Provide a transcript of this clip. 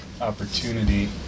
opportunity